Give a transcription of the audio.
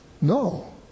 No